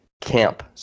camp